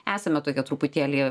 esame tokie truputėlį